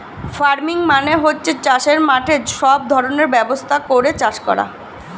farming মানে হচ্ছে চাষের মাঠে সব ধরনের ব্যবস্থা করে চাষ করা